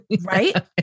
right